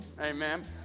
Amen